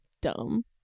dumb